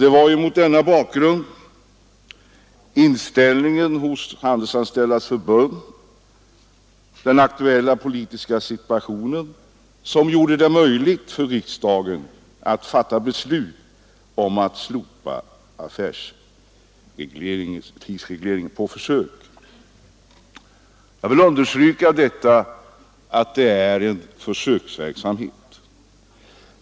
Det var mot denna bakgrund — inställningen hos Handelsanställdas förbund och den aktuella politiska situationen — som riksdagen kunde fatta beslut om att slopa affärstidsregleringen på försök. Jag vill understryka att det är en försöksverksamhet.